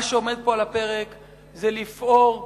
מה שעומד פה על הפרק זה לפעור פער,